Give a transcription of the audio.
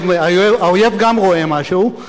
האויב גם רואה משהו.